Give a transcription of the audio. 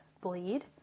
bleed